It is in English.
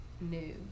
new